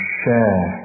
share